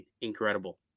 Incredible